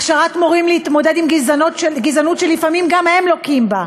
הכשרת מורים להתמודד עם גזענות שלפעמים גם הם לוקים בה,